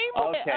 Okay